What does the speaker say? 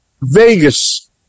Vegas